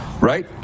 right